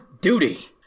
duty